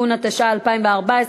התשע"ה 2014,